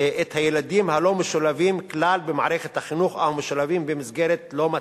את הילדים שלא משולבים כלל במערכת החינוך או המשולבים במסגרת לא מתאימה,